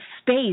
space